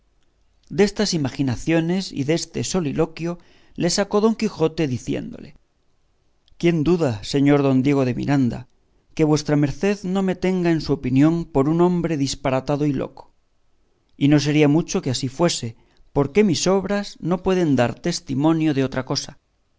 destas imaginaciones y deste soliloquio le sacó don quijote diciéndole quién duda señor don diego de miranda que vuestra merced no me tenga en su opinión por un hombre disparatado y loco y no sería mucho que así fuese porque mis obras no pueden dar testimonio de otra cosa